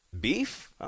Beef